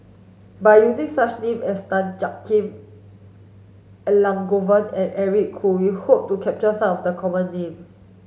by using such name is Tan Jiak Kim Elangovan and Eric Khoo we hope to capture some of the common name